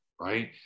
right